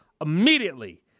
immediately